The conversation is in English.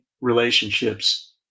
relationships